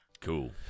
Cool